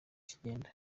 kigenda